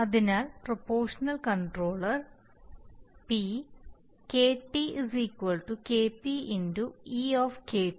അതിനാൽ proportional controller P KP e